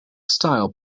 style